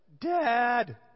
dad